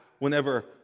Whenever